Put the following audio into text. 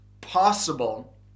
possible